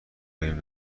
بریم